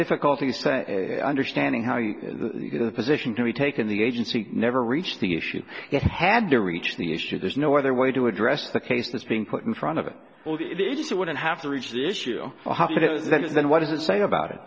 difficulty understanding how you get the position to be taken the agency never reached the issue yet had to reach the issue there's no other way to address the case that's being put in front of it it wouldn't have to reach the issue that is then what does it say about it